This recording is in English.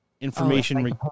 information